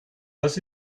was